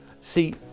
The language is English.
See